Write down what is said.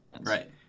Right